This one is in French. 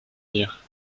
dires